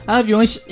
aviões